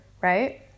Right